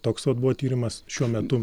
toks vat buvo tyrimas šiuo metu